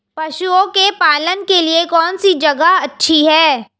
पशुओं के पालन के लिए कौनसी जगह अच्छी है?